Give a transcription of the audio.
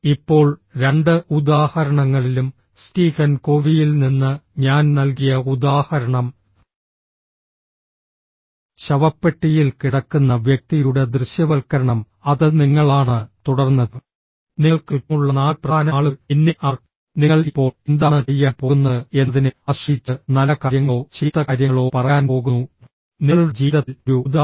ഇപ്പോൾ രണ്ട് ഉദാഹരണങ്ങളിലും സ്റ്റീഫൻ കോവിയിൽ നിന്ന് ഞാൻ നൽകിയ ഉദാഹരണം ശവപ്പെട്ടിയിൽ കിടക്കുന്ന വ്യക്തിയുടെ ദൃശ്യവൽക്കരണം അത് നിങ്ങളാണ് തുടർന്ന് നിങ്ങൾക്ക് ചുറ്റുമുള്ള നാല് പ്രധാന ആളുകൾ പിന്നെ അവർ നിങ്ങൾ ഇപ്പോൾ എന്താണ് ചെയ്യാൻ പോകുന്നത് എന്നതിനെ ആശ്രയിച്ച് നല്ല കാര്യങ്ങളോ ചീത്ത കാര്യങ്ങളോ പറയാൻ പോകുന്നു നിങ്ങളുടെ ജീവിതത്തിൽ ഒരു ഉദാഹരണം